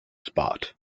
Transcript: spot